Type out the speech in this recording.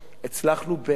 הצלחנו באמת